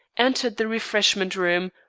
entered the refreshment room,